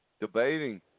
debating